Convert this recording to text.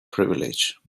privilege